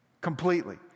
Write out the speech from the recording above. completely